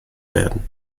werden